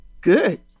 Good